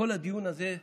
כל הדיון הזה,